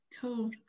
Cool